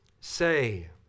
say